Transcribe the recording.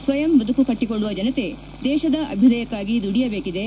ಸ್ವಯಂ ಬದುಕು ಕಟ್ಟಿಕೊಳ್ಳುವ ಜನತೆ ದೇಶದ ಅಭ್ಯುದಯಕ್ಕಾಗಿ ದುಡಿಯಬೇಕಿದೆ